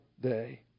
Day